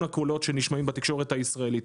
הקולות שנשמעים בתקשורת הישראלית.